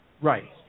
Right